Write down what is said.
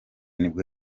nibwo